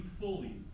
fully